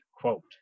quote